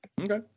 okay